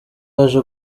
yaje